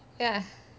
ya